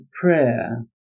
prayer